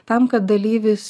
tam kad dalyvis